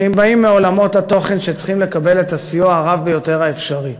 כי הם באים מעולמות התוכן שצריכים לקבל את הסיוע הרב ביותר האפשרי.